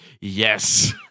Yes